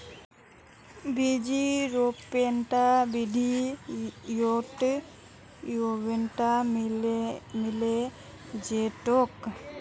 बीज रोपनेर विधि यूट्यूबत मिले जैतोक